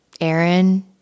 Aaron